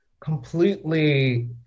completely